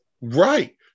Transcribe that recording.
Right